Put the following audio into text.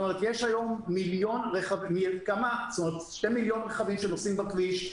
יש היום 2 מיליון רכבים שנוסעים בכביש,